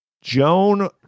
Joan